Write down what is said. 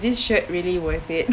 this shirt really worth it